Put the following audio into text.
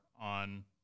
on